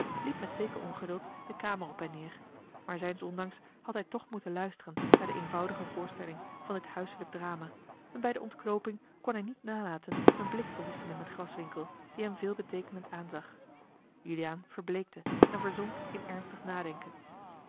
liep met zeker ongeduld de kamer op en neêr maar zijns ondanks had hij toch moeten luisteren naar de eenvoudige voorstelling van dit huiselijk drama en bij de ontknooping kon hij niet nalaten een blik te wisselen met graswinckel die hem veelbeteekenend aanzag juliaan verbleekte en verzonk in ernstig nadenken